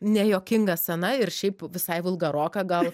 nejuokinga scena ir šiaip visai vulgaroka gal